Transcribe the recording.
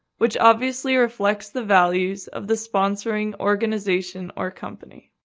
which obviously reflects the values of the sponsoring organization or company.